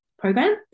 program